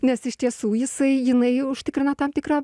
nes iš tiesų jisai jinai užtikrina tam tikrą